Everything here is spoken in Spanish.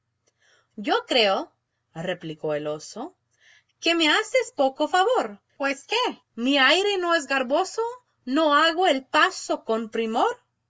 yo creo replicó el oso que me haces poco favor pues qué mi aire no es garboso no hago el paso con primor